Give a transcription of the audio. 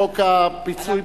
חוק הפיצוי,